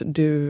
du